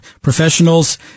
professionals